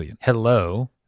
hello